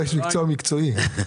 איש מקצוע מקצועי.